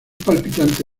palpitante